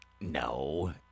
No